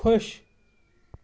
خۄش